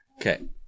Okay